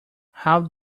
how